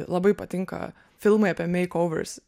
labai patinka filmai apie makeovers